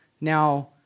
now